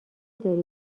داری